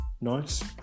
Nice